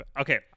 Okay